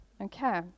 Okay